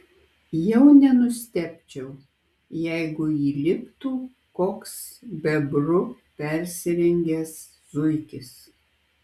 jau nenustebčiau jeigu įliptų koks bebru persirengęs zuikis